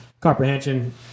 comprehension